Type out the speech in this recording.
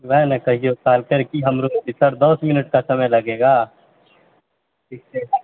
ओएह ने कहियो काल की हमरो सर दश मिनट का समय लगेगा ठीक छै